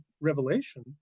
revelation